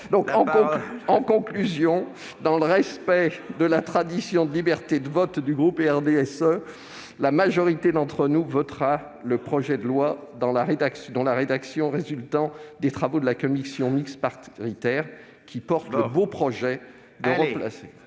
En conclusion, dans le respect de la liberté de vote du groupe RDSE, la majorité d'entre nous votera ce texte dans la rédaction résultant des travaux de la commission mixte paritaire, qui porte le beau projet de replacer